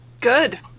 Good